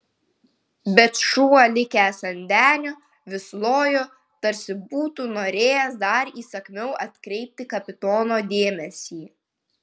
bet šuo likęs ant denio vis lojo tarsi būtų norėjęs dar įsakmiau atkreipti kapitono dėmesį